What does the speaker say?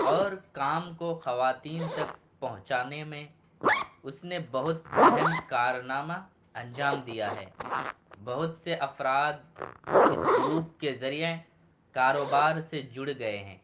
اور کام کو خواتین تک پہنچانے میں اس نے بہت اہم کارنامہ انجام دیا ہے بہت سے افراد اس گروپ کے ذریعے کاروبار سے جڑ گئے ہیں